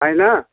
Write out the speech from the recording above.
है ना